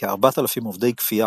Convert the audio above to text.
כ-4,000 עובדי כפייה,